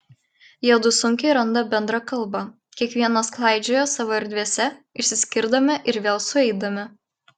jiedu sunkiai randa bendrą kalbą kiekvienas klaidžioja savo erdvėse išsiskirdami ir vėl sueidami